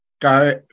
Go